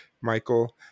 Michael